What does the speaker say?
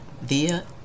via